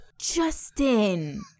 Justin